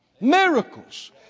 miracles